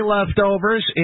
Leftovers